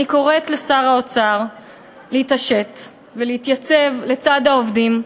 אני קוראת לשר האוצר להתעשת ולהתייצב לצד העובדים,